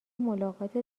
ملاقات